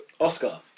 Oscar